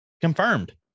confirmed